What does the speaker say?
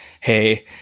hey